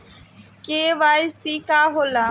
KYC का होला?